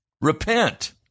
repent